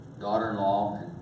daughter-in-law